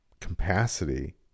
capacity